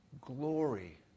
glory